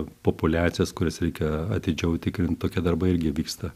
populiacijas kurias reikia atidžiau tikrint tokie darbai irgi vyksta